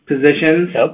positions